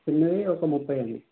full ఒక ముప్పై అండి